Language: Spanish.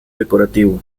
decorativo